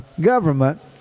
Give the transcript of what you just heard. government